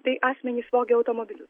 tai asmenys vogė automobilius